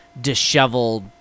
disheveled